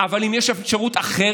אבל אם יש אפשרות אחרת,